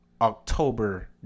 october